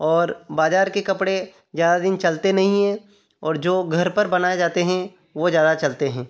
और बाज़ार के कपड़े ज़्यादा दिन चलते नहीं है और जो घर पर बनाए जाते हैं वह ज़्यादा चलते हैं